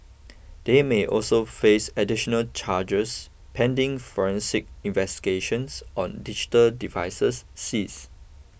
they may also face additional charges pending forensic investigations on digital devices seize